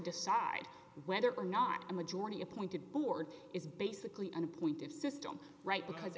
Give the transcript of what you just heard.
decide whether or not a majority appointed board is basically an appointed system right because